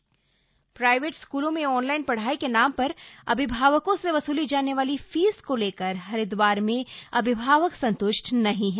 fees विवाद private स्कूलों में ऑनलाइन पढ़ाई के नाम पर अभिभावकों से वसूली जाने वाली फीस को लेकर हरिद्वार में अभिभावक संत्ष्ट नहीं है